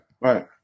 Right